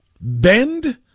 bend